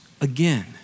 again